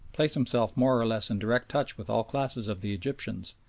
place himself more or less in direct touch with all classes of the egyptians,